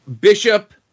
Bishop